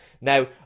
now